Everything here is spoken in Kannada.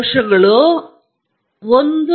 ಸಹಜವಾಗಿ ಹೌದು